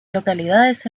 localidades